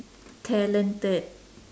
talented